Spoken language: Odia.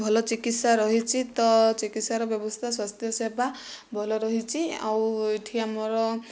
ଭଲ ଚିକିତ୍ସା ରହିଛି ତ ଚିକିତ୍ସାର ବ୍ୟବସ୍ଥା ସ୍ୱାସ୍ଥ୍ୟ ସେବା ଭଲ ରହିଛି ଆଉ ଏଠି ଆମର